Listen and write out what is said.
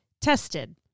tested